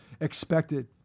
expected